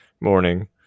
morning